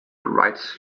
rights